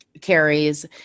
carries